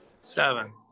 Seven